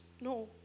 no